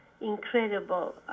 incredible